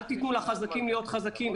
אל תתנו לחזקים להיות חזקים.